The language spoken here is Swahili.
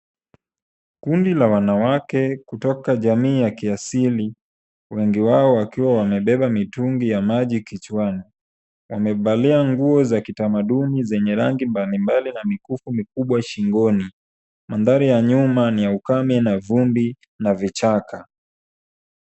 Kundi la wanawake kutoka jamii ya kiasili, wengi wao wakiwa wamebeba mitungi ya maji kichwani. Wamevalia nguo za kitamaduni zenye rangi mbalimbali na mikufu mikubwa shingoni. Mandhari ya nyuma ni ya ukame na vumbi na vichaka.